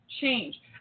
change